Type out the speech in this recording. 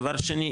דבר שני,